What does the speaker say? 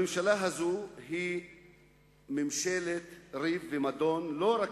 הממשלה הזאת היא ממשלת ריב ומדון לא רק